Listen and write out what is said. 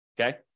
okay